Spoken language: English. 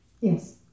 Yes